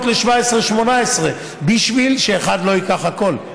ל-2017 2018 בשביל שאחד לא ייקח הכול.